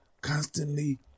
constantly